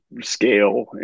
scale